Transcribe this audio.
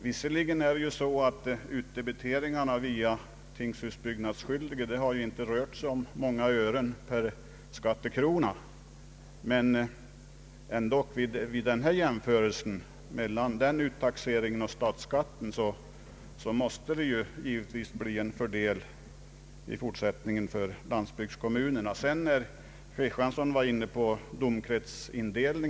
Visserligen är det så att utdebiteringen till tingshusbyggnadsskyldige inte gäller många ören per skattekrona, men vid en jämförelse mellan denna utdebitering och den statliga skatten finner man dock att det nya finansieringssystemet i fortsättningen innebär en fördel för landsbygskommunerna. Herr Kristiansson var sedan inne på frågan om domkretsindelningen.